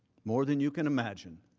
more than you can imagine.